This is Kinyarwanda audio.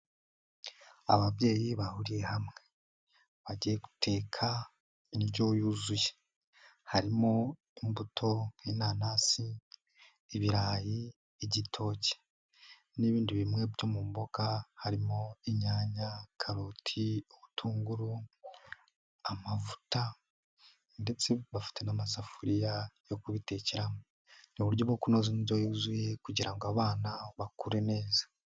Ababyeyi bahuriye hamwe, bagiye guteka indyo yuzuye, harimo imbuto nk'inanasi, ibirayi, igitoki n'ibindi bimwe byo mu mboga, harimo inyanya, karoti, ubutunguru, amavuta ndetse bafite n'amasafuriya yo kubitekeramo, ni uburyo bwo kunoza indyo yuzuye kugira ngo abana, bakure neza.